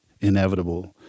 inevitable